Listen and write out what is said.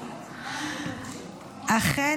אכן,